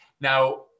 Now